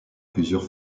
plusieurs